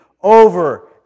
over